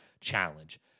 challenge